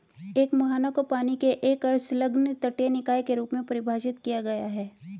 एक मुहाना को पानी के एक अर्ध संलग्न तटीय निकाय के रूप में परिभाषित किया गया है